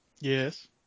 Yes